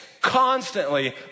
constantly